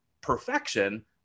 perfection